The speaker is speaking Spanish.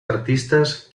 artistas